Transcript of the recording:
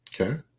Okay